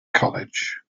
college